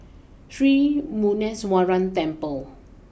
Sri Muneeswaran Temple